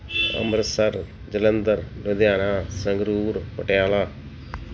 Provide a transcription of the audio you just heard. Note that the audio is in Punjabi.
ਅੰਮ੍ਰਿਤਸਰ ਜਲੰਧਰ ਲੁਧਿਆਣਾ ਸੰਗਰੂਰ ਪਟਿਆਲਾ